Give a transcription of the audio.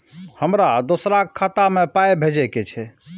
हमरा दोसराक खाता मे पाय भेजे के छै?